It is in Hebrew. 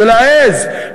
ולהעז,